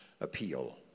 appeal